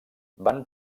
van